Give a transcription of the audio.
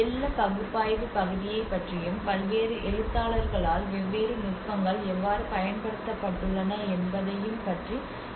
வெள்ள பகுப்பாய்வு பகுதியைப் பற்றியும் பல்வேறு எழுத்தாளர்களால் வெவ்வேறு நுட்பங்கள் எவ்வாறு பயன்படுத்தப்பட்டுள்ளன என்பதையும் பற்றி பேசினேன்